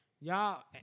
y'all